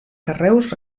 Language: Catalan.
carreus